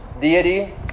deity